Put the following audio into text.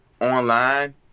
online